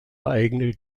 eigene